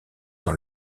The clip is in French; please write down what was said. dans